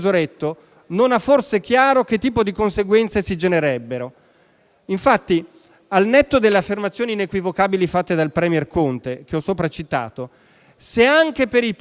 non ha forse chiaro che tipo di conseguenze si genererebbero. Infatti, al netto delle affermazioni inequivocabili del *premier* Conte che ho sopra citato, se anche per ipotesi